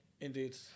Indeed